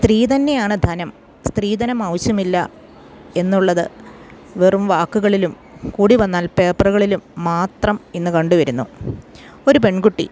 സ്ത്രീ തന്നെയാണ് ധനം സ്ത്രീധനം ആവശ്യമില്ല എന്നുള്ളത് വെറും വാക്കുകളിലും കൂടി വന്നാൽ പേപ്പറുകളിലും മാത്രം ഇന്ന് കണ്ടുവരുന്നു ഒരു പെൺകുട്ടി